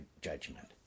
judgment